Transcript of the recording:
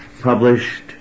published